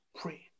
Pray